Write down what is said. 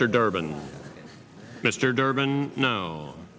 cured durban mr durban no